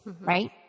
right